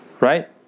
right